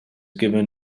given